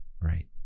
right